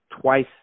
twice